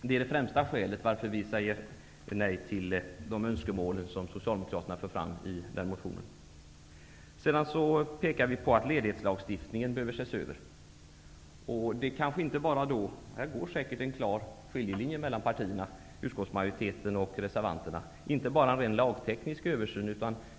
Det är de främsta skälen till att vi säger nej till Socialdemokraternas önskemål. Utskottet pekar vidare på att ledighetslagstiftningen behöver ses över. Här går säkerligen en klar skiljelinje mellan utskottsmajoriteten och reservanterna, inte bara när det gäller den lagtekniska översynen.